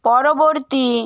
পরবর্তী